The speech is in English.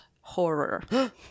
Horror